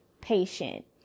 patient